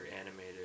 animated